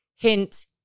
Hint